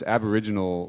Aboriginal